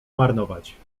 marnować